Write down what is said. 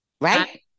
right